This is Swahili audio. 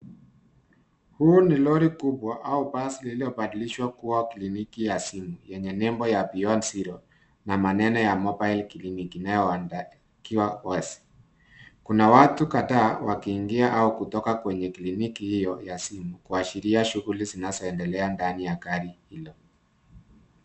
Huu ni lori kubwa au basi lililobadilishwa kuwa kliniki ya simu yenye nembo ya beyond zero na maneno ya, mobile clinic inayoonekana ikiwa wazi. Kuna watu kadhaa wakiingia au kutoka kwenye kliniki hiyo ya simu kuashiria shughuli zinazoendelea ndani ya gari hilo.